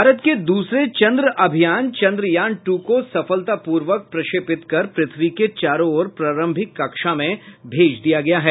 भारत के दूसरे चंद्र अभियान चंद्रयान टू को सफलतापूर्वक प्रक्षेपित कर प्रथ्वी के चारों ओर प्रारंभिक कक्षा में भेज दिया गया है